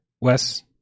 Wes